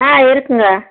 ஆ இருக்குதுங்க